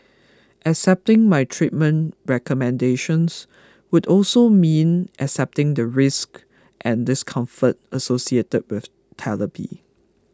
accepting my treatment recommendations would also mean accepting the risks and discomfort associated with therapy